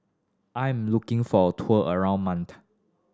I'm looking for a tour around Malta